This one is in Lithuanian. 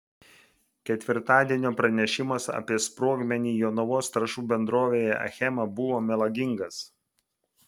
ketvirtadienio pranešimas apie sprogmenį jonavos trąšų bendrovėje achema buvo melagingas